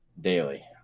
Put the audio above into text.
daily